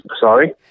Sorry